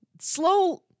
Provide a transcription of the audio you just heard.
Slow